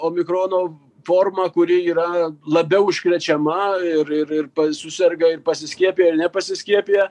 omikrono formą kuri yra labiau užkrečiama ir ir ir suserga pasiskiepiję ir nepasiskiepiję